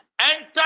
enter